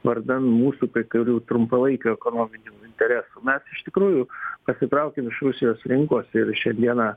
vardan mūsų kai kurių trumpalaikių ekonominių interesų mes iš tikrųjų pasitraukėm iš rusijos rinkos šią dieną